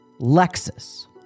Lexus